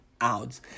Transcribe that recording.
out